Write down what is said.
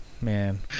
Man